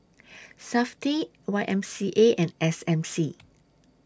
Safti Y M C A and S M C